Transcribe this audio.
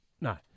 no